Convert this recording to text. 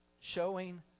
showing